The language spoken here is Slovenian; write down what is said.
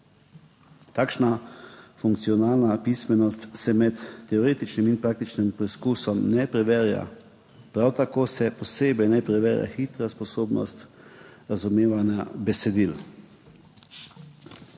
Takšna funkcionalna pismenost se med teoretičnim in praktičnim preizkusom ne preverja. Prav tako se posebej ne preverja hitra sposobnost razumevanja besedil.